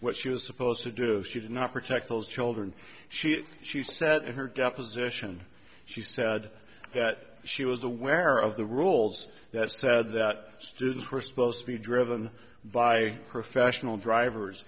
what she was supposed to do she did not protect those children she sat in her deposition she said that she was aware of the rules that said that students were supposed to be driven by professional drivers